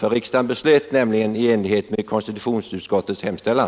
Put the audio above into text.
Riksdagen beslöt nämligen i enlighet med konstitutionsutskottets hemställan.